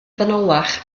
fanylach